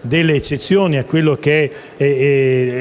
delle eccezioni ai termini